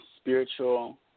spiritual